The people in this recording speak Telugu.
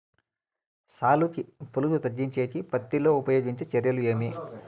సాలుకి పులుగు తగ్గించేకి పత్తి లో ఉపయోగించే చర్యలు ఏమి?